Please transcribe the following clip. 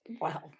Wow